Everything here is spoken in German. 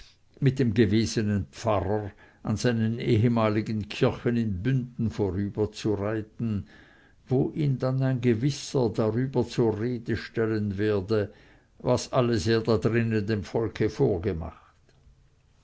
mit dem gewesenen pfarrer an seinen ehemaligen kirchen in bünden vorüberzureiten wo ihn dann ein gewisser darüber zur rede stellen werde was alles er da drinnen dem volke vorgemacht